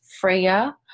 Freya